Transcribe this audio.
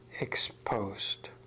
exposed